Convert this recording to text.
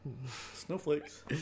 Snowflakes